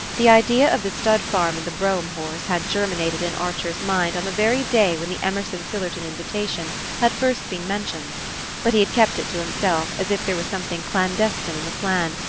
the idea of the stud-farm and the brougham horse had germinated in archer's mind on the very day when the emerson sillerton invitation had first been mentioned but he had kept it to himself as if there were something clandestine in the plan,